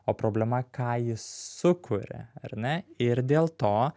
o problema ką jis sukuria ar ne ir dėl to